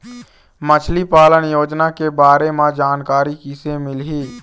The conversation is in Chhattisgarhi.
मछली पालन योजना के बारे म जानकारी किसे मिलही?